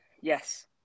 Yes